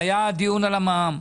והיה דיון על המע"מ.